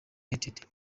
united